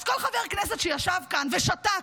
אז כל חבר כנסת שישב כאן ושתק,